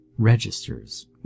registers